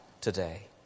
today